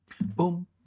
Boom